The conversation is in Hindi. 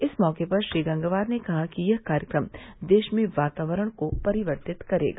इस मौके पर श्री गंगवार ने कहा कि यह कार्यक्रम देश में वातावरण को परिवर्तित करेगा